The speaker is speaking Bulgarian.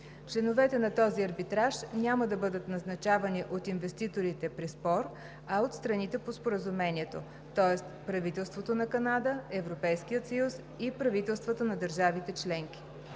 Членовете на този арбитраж няма да бъдат назначавани от инвеститорите при спор, а от страните по Споразумението, тоест правителството на Канада, Европейския съюз и правителствата на държавите членки.